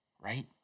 right